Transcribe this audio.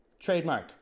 Trademark